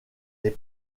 les